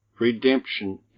Redemption